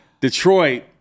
Detroit